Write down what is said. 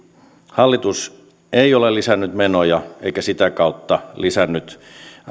hallitus ei ole lisännyt menoja eikä sitä kautta lisännyt